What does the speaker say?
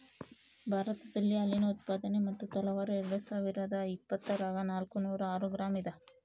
ಭಾರತದಲ್ಲಿ ಹಾಲಿನ ಉತ್ಪಾದನೆ ಮತ್ತು ತಲಾವಾರು ಎರೆಡುಸಾವಿರಾದ ಇಪ್ಪತ್ತರಾಗ ನಾಲ್ಕುನೂರ ಆರು ಗ್ರಾಂ ಇದ